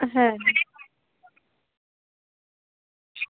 হ্যাঁ